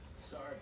Sorry